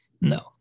No